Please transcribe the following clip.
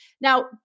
Now